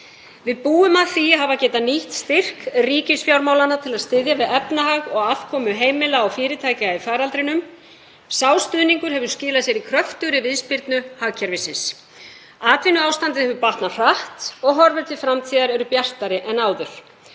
Við búum að því að hafa getað nýtt styrk ríkisfjármálanna til að styðja við efnahag og afkomu heimila og fyrirtækja í faraldrinum. Sá stuðningur hefur skilað sér í kröftugri viðspyrnu hagkerfisins. Atvinnuástandið hefur batnað hratt og horfur til framtíðar eru bjartari en áður.